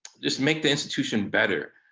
just make the institution better,